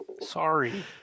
sorry